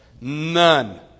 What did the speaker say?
None